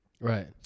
Right